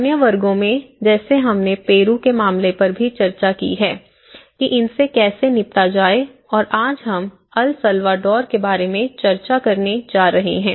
अन्य वर्गों में जैसे हमने पेरू के मामले पर भी चर्चा की है कि इनसे कैसे निपटा जाए और आज हम अल साल्वाडोर के बारे में चर्चा करने जा रहे हैं